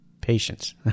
patience